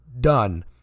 done